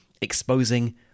exposing